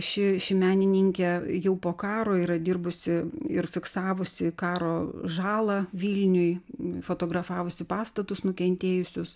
ši ši menininkė jau po karo yra dirbusi ir fiksavusi karo žalą vilniui fotografavusi pastatus nukentėjusius